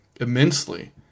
immensely